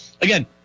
Again